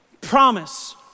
promise